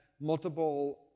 multiple